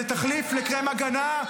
זה תחליף לקרם הגנה?